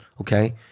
Okay